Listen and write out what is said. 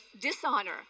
dishonor